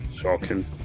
Shocking